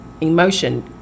emotion